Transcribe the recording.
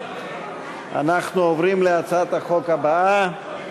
אנחנו עוברים להצעת החוק הבאה,